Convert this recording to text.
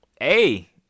hey